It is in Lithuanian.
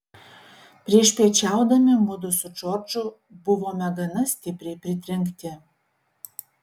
priešpiečiaudami mudu su džordžu buvome gana stipriai pritrenkti